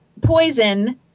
poison